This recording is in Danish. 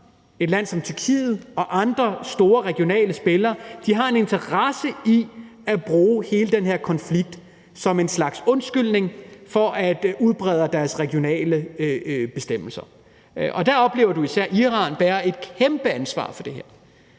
et land som Tyrkiet og andre store regionale spillere har en interesse i at bruge hele den her konflikt som en slags undskyldning for at udbrede deres regionale bestemmelser. Der oplever du især Iran bære et kæmpe ansvar for det her.